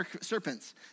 serpents